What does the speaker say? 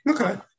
Okay